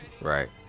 right